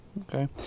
Okay